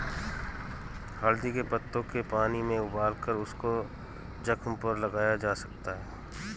हल्दी के पत्तों के पानी में उबालकर उसको जख्म पर लगाया जा सकता है